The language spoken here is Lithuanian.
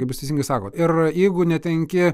kaip jūs teisingai sakot ir jeigu netenki